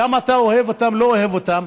כמה אתה אוהב אותם או לא אוהב אותם,